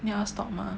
ya stop mah